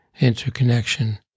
interconnection